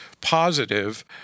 positive